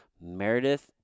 meredith